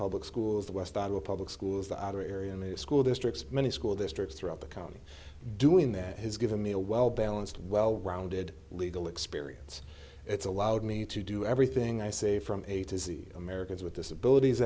public schools the west iowa public schools the outer area school districts many school districts throughout the county doing that has given me a well balanced well rounded legal experience it's allowed me to do everything i say from a to z americans with disabilities